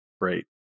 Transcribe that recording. Great